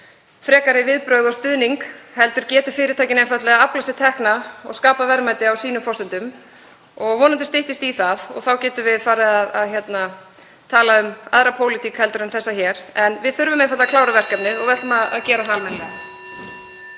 frekari viðbrögð og stuðning heldur geti fyrirtækin einfaldlega aflað sér tekna og skapað verðmæti á sínum forsendum. Vonandi styttist í það og þá getum við farið að tala um aðra pólitík en þessa hér. En við þurfum einfaldlega að klára verkefnið og við ætlum að gera það